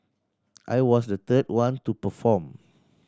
I was the third one to perform